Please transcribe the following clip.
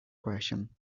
question